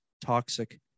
toxic